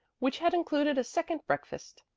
which had included a second breakfast,